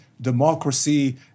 democracy